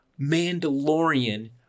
Mandalorian